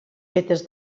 fetes